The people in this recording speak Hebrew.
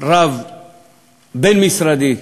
בין-משרדי,